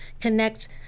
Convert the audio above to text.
connect